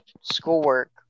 schoolwork